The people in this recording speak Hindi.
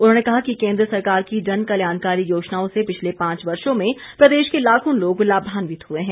उन्होंने कहा कि केंद्र सरकार की जनकल्याणकारी योजनाओं से पिछले पांच वर्षो में प्रदेश के लाखों लोग लाभान्वित हुए हैं